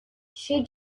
she